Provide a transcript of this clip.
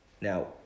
Now